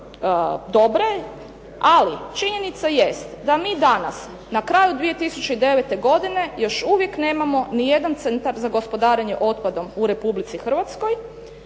dobre, ali činjenica jest da mi danas na kraju 2009. godine još uvijek nemamo ni jedan centar za gospodarenje otpadom u Republici Hrvatskoj